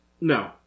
No